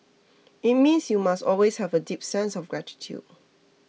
it means you must always have a deep sense of gratitude